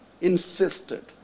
insisted